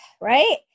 right